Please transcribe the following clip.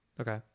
Okay